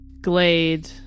glade